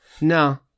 no